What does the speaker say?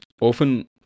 often